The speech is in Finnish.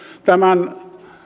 tämän jtsn